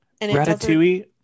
Ratatouille